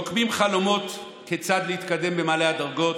רוקמים חלומות כיצד להתקדם במעלה הדרגות,